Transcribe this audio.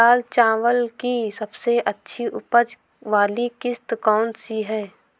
लाल चावल की सबसे अच्छी उपज वाली किश्त कौन सी है?